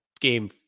game